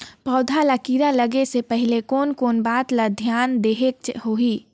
पौध ला कीरा लगे से पहले कोन कोन बात ला धियान देहेक होही?